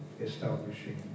establishing